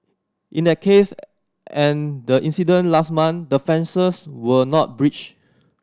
in that case and the incident last month the fences were not breached